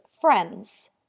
friends